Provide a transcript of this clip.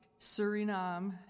Suriname